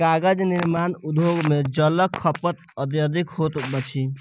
कागज निर्माण उद्योग मे जलक खपत अत्यधिक होइत अछि